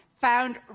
found